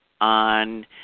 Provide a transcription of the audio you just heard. on